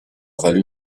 valut